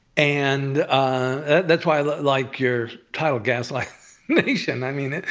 and ah that's why i like your title, gaslit nation. i mean,